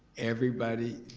everybody,